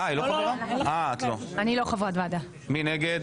מי נגד.